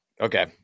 Okay